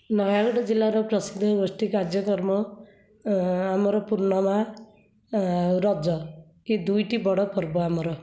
ନୟାଗଡ଼ ଜିଲ୍ଲାର ପ୍ରସିଦ୍ଧ ଗୋଷ୍ଠୀ କାର୍ଯ୍ୟକ୍ରମ ଆମର ପୂର୍ଣ୍ଣିମା ଆଉ ରଜ ଏହି ଦୁଇଟି ବଡ଼ ପର୍ବ ଆମର